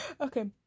Okay